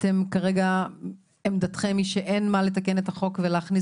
ועמדתכם שכרגע שאין מה לתקן את החוק ולהכניס